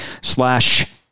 slash